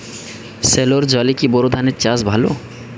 সেলোর জলে কি বোর ধানের চাষ ভালো?